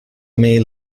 may